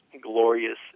glorious